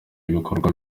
ibikorwa